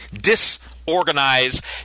disorganized